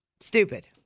stupid